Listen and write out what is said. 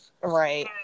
Right